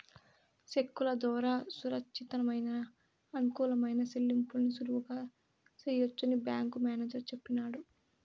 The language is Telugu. సెక్కుల దోరా సురచ్చితమయిన, అనుకూలమైన సెల్లింపుల్ని సులువుగా సెయ్యొచ్చని బ్యేంకు మేనేజరు సెప్పినాడు